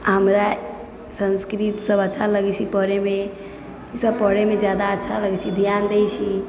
हमरा संस्कृत सब अच्छा लगै छै पढ़ैमे ईसब पढ़ैमे जादा अच्छा लगै छै धिआन दै छी